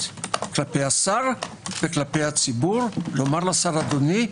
כלפי השר וכלפי הציבור לומר לשר: אדוני,